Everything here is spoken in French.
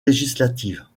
législatives